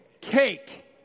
cake